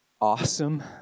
awesome